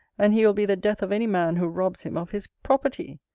and he will be the death of any man who robs him of his property.